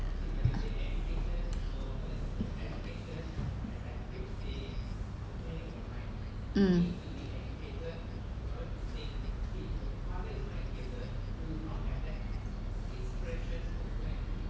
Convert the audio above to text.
mm